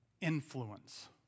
Influence